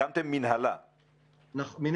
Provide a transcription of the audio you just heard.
הקמתם מנהלת למיגון.